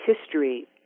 history